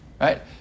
right